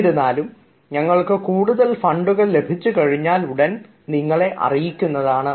എന്നിരുന്നാലും ഞങ്ങൾക്ക് കൂടുതൽ ഫണ്ടുകൾ ലഭിച്ചുകഴിഞ്ഞാൽ ഉടൻ നിങ്ങളെ അറിയിക്കുന്നതാണ്